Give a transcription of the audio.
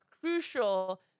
crucial